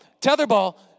tetherball